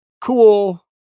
cool